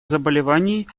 заболеваний